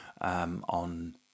on